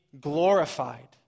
glorified